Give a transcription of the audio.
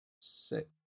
six